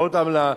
ועוד עמלה,